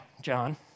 John